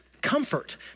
comfort